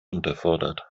unterfordert